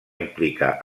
implicar